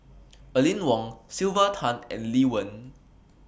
Aline Wong Sylvia Tan and Lee Wen